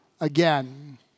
again